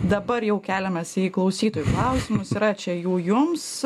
dabar jau kaliames į klausytojų klausimus yra čia jų jums